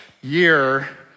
year